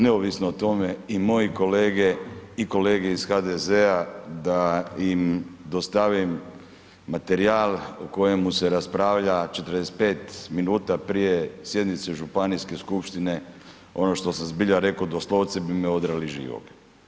Neovisno o tome i moji kolege i kolege iz HDZ-a da im dostavim materijal o kojemu se raspravlja 45 minuta prije sjednice županijske skupštine ono što sam zbilja rekao doslovce bi me odrali živog.